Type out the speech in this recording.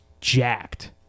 jacked